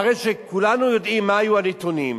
אחרי שכולנו יודעים מה היו הנתונים,